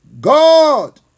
God